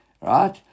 Right